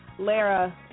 Lara